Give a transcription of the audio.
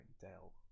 dell